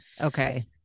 Okay